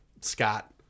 Scott